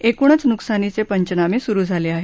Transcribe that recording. एकूणच नुकसानीचे पंचनामे सुरु झाले आहेत